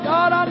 God